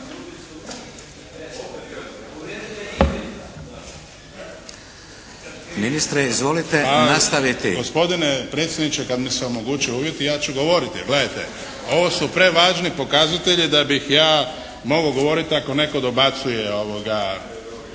Ministre izvolite nastaviti! **Šuker, Ivan (HDZ)** Gospodine predsjedniče, kad mi se omoguće uvjeti ja ću govoriti. Gledajte, ovo su prevažni pokazatelji da bih ja mogao govoriti ako netko dobacuje po